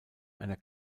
einer